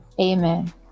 Amen